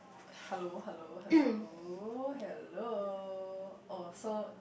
hello hello hello hello oh so